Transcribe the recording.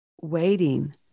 waiting